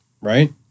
Right